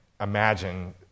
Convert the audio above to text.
imagine